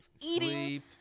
eating